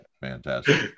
fantastic